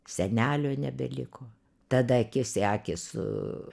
senelio nebeliko tada akis į akį su